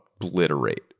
obliterate